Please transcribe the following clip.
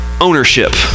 Ownership